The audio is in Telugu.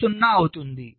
అది 0 అవుతుంది